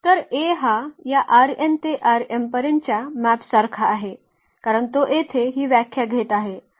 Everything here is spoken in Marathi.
तर A हा या ते पर्यंतच्या मॅप सारखा आहे कारण तो येथे ही व्याख्या घेत आहे